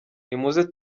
nimuze